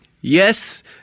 yes